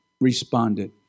responded